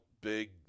big